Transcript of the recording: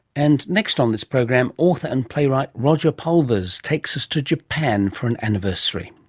and next on this program, author and playwright roger pulvers takes us to japan for an anniversary.